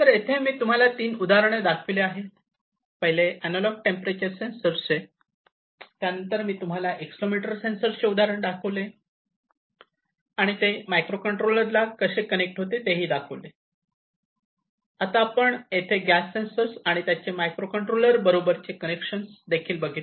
तर मी येथे तुम्हाला तीन उदाहरणं दाखविलेले आहेत पहिले अँनालाँग टेंपरेचर सेंसर चे त्यानंतर मी तुम्हाला एक्सेलरोमीटर सेंसर चे उदाहरण दाखविले आणि ते मायक्रो कंट्रोलर ला कसे कनेक्ट होते तेही दाखविले आणि आता हे येथे आपण गॅस सेंसर आणि आणि त्याचे मायक्रो कंट्रोलर बरोबरचे चे कनेक्शन हे बघितले